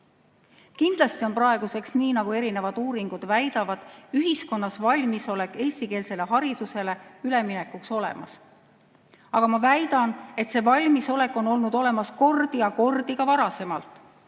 küll? Kindlasti on praeguseks, nii nagu erinevad uuringud väidavad, ühiskonnas valmisolek eestikeelsele haridusele üleminekuks olemas. Aga ma väidan, et see valmisolek on olnud olemas kordi ja kordi ka varasemalt.